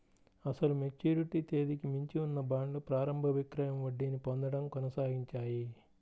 అసలు మెచ్యూరిటీ తేదీకి మించి ఉన్న బాండ్లు ప్రారంభ విక్రయం వడ్డీని పొందడం కొనసాగించాయి